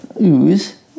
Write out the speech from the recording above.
Ooze